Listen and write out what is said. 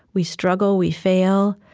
we struggle, we fail,